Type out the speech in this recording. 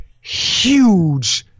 huge